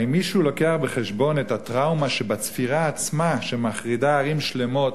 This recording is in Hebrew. האם מישהו מביא בחשבון את הטראומה שבצפירה עצמה שמחרידה ערים שלמות